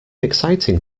exciting